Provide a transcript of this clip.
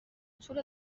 طول